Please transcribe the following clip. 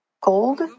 Gold